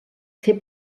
fer